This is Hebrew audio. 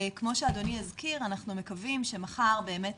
כמו שאדוני הזכיר, אנחנו מקווים שמחר באמת